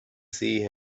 sea